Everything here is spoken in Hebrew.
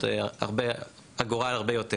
ובקר זה אפילו עוד הרבה, אגורה היא הרבה יותר.